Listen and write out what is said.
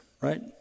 right